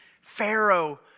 Pharaoh